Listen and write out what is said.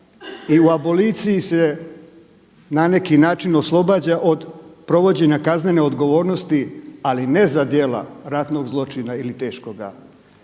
i u aboliciji se na neki način oslobađa od provođenja kaznene odgovornosti ali ne za djela ratnog zločina ili teškoga